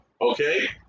Okay